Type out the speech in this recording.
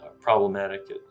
problematic